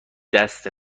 دست